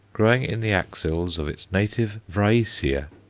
growing in the axils of its native vriesia,